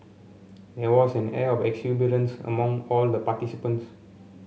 there was an air of exuberance among all the participants